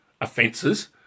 offences